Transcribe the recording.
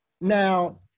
Now